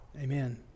Amen